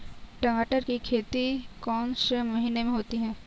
मटर की खेती कौन से महीने में होती है?